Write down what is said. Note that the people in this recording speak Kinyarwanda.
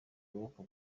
buroko